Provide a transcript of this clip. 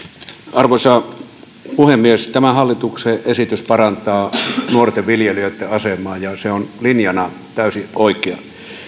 arvoisa puhemies tämä hallituksen esitys parantaa nuorten viljelijöitten asemaa ja se on linjana täysin oikea